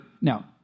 now